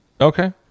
Okay